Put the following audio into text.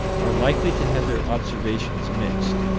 are likely to have their observations mixed.